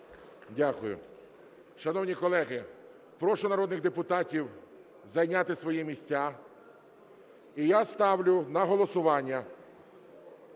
Дякую. Шановні колеги, прошу народних депутатів зайняти свої місця. Я ставлю на голосування